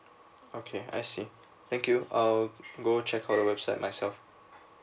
okay I see thank you I'll go check on the website myself